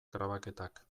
grabaketak